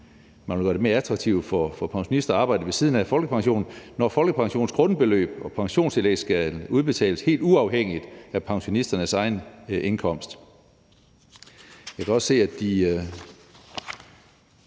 man vil gøre det mere attraktivt for pensionister at arbejde ved siden af folkepensionen, når folkepensionens grundbeløb og pensionstillæg skal udbetales helt uafhængigt af pensionisternes egen indkomst.